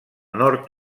nord